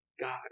God